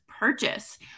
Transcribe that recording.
purchase